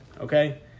Okay